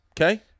Okay